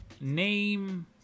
name